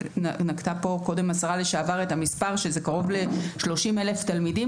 נקבה כאן קודם השרה לשעבר את המספר שהוא כולל קרוב ל-30 אלף תלמידים